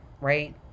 right